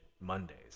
Mondays